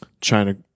China